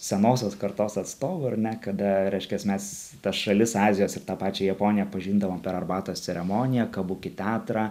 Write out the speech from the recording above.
senosios kartos atstovų ar ne kada reiškias mes tas šalis azijos ir tą pačią japoniją pažindavom per arbatos ceremoniją kabuki teatrą